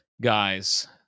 guys